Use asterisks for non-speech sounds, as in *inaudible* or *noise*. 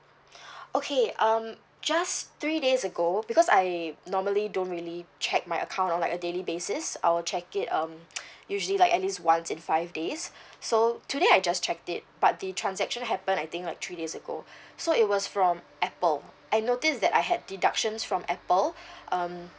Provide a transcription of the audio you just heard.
*breath* okay um just three days ago because I normally don't really check my account on like a daily basis I'll check it um *noise* usually like at least once in five days *breath* so today I just checked it but the transaction happened I think like three days ago *breath* so it was from apple I notice that I had deductions from apple *breath* um